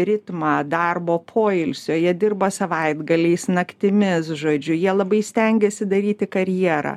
ritmą darbo poilsio jie dirba savaitgaliais naktimis žodžiu jie labai stengiasi daryti karjerą